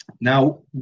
Now